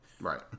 right